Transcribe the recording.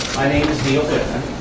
my name is neil whitman.